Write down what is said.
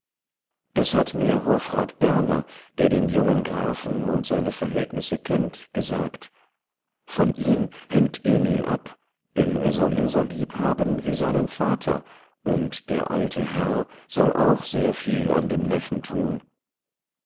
das hat mir hofrat berner der den jungen grafen und seine verhältnisse kennt gesagt von ihm hängt emil ab denn er soll ihn so lieb haben wie seinen vater und der alte herr soll auch sehr viel an dem neffen tun